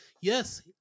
Yes